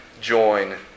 join